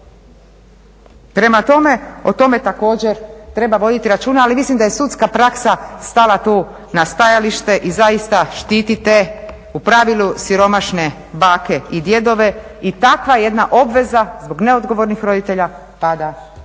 Prema tome, o tome također treba voditi računa. Ali mislim da je sudska praksa stala tu na stajalište i zaista štiti te u pravilu siromašne bake i djedove i takva jedna obveza zbog neodgovornih roditelja pada